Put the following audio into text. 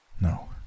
No